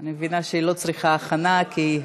אני מבינה שהיא לא צריכה הכנה, כי היא,